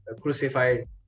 crucified